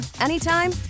anytime